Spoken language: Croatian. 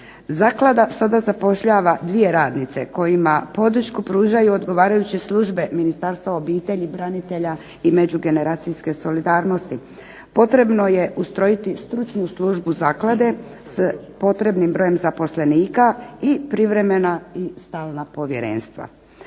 Zaklada sada zapošljava dvije radnice kojima podršku pružaju odgovarajuće službe Ministarstva obitelji, branitelja i međugeneracijske solidarnosti. Potrebno je ustrojiti stručnu službu zaklade s potrebnim brojem zaposlenika i privremena i stalna povjerenstva.